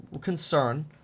concern